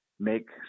Make